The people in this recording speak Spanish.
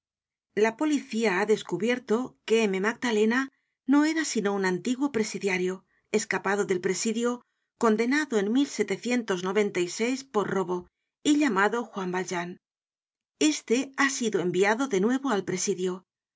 la poli licía ha descubierto que m magdalena no era sino un antiguo presidiario escapado del presidio condenado en por robo y llamado juan valjean este ha sido enviado de nuevo al presidio